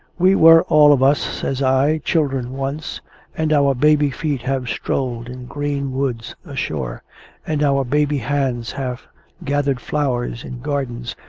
we were all of us, says i, children once and our baby feet have strolled in green woods ashore and our baby hands have gathered flowers in gardens,